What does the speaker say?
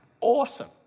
Awesome